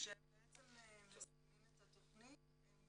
כשהם מסיימים את התכנית הם